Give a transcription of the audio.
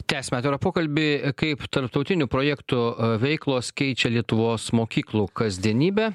tęsime pokalbį kaip tarptautinių projektų veiklos keičia lietuvos mokyklų kasdienybę